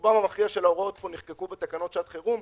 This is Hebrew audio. כל התקופות שהיו אמורות לפקוע או בתקופה הקובעת או בחודשיים שאחריה